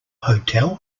hotel